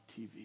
TV